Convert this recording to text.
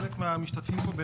חלק מהמשתתפים פה,